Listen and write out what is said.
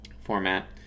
format